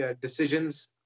decisions